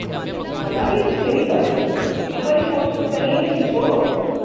मन्ना दियां तुस मेरी गल्ल इक बारी कोशश करियै ते दिक्खो